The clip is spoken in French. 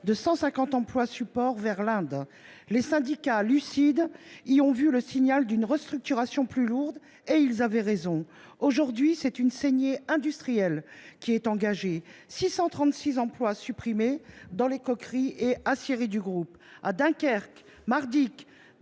de 150 emplois supports vers l'Inde. Les syndicats lucides y ont vu le signal d'une restructuration plus lourde et ils avaient raison. Aujourd'hui, c'est une saignée industrielle qui est engagée. 636 emplois supprimés dans les coqueries et assieries du groupe à Dunkerque, Mardic,